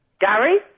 Gary